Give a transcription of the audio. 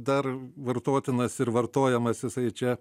dar vartotinas ir vartojamas jisai čia